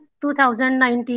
2019